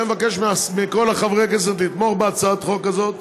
לכן אני מבקש מכל חברי הכנסת לתמוך בהצעת החוק הזאת.